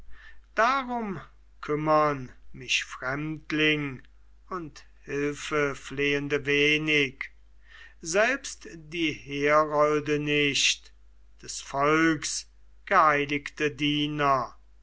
darum kümmern mich fremdling und hilfeflehende wenig selbst die herolde nicht des volks geheiligte diener